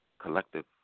Collective